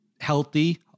healthy